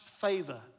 favor